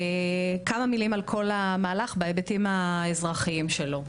אגיד כמה מילים על כל המהלך בהיבטים האזרחיים שלו.